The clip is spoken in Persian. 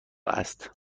است